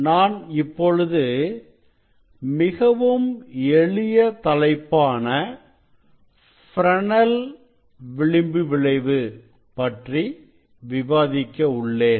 நான் இப்பொழுது மிகவும் எளிய தலைப்பான ஃப்ரெனெல் விளிம்பு விளைவு பற்றி விவாதிக்க உள்ளேன்